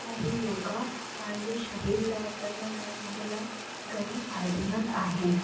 ऐं हीउ योगा पाण जे शरीर लाइ तन लाइ मन लाइ घणे ई फ़ाइदेमंद आहिनि